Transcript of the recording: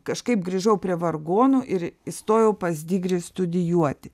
kažkaip grįžau prie vargonų ir įstojau pas digrį studijuoti